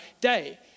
day